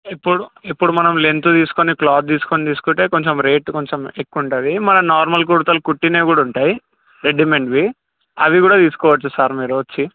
ఇప్పుడు ఇప్పుడు మనం లెంతు తీస్కుని క్లాత్ తీస్కుని తీసుకుంటే కొంచెం రేట్ కొంచెం ఎక్కువుంటుంది మన నార్మల్ కుర్తాలు కుట్టినవి కూడా ఉంటాయి రెడీమేడ్వి అవి కూడా తీసుకోవచ్చు సార్ మీరు వచ్చి